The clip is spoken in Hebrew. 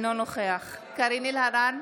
אינו נוכח קארין אלהרר,